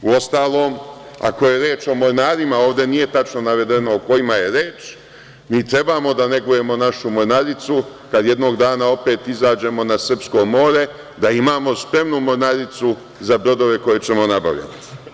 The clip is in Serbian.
Uostalom, ako je reč o mornarima, ovde nije tačno navedeno o kojima je reč, mi treba da negujemo našu mornaricu kad jednog dana opet izađemo na srpsko more, da imamo spremnu mornaricu za brodove koje ćemo nabavljati.